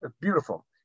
beautiful